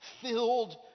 filled